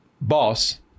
boss